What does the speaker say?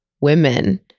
women